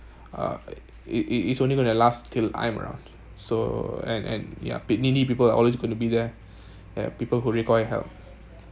uh it it it's only gonna last till I’m around so and and ya p~ needy people are always going to be there ya people who require help